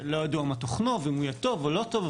לא ידוע מה תוכנו ואם הוא יהיה טוב או לא טוב,